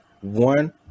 one